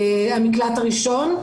המקלט הראשון,